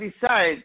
decide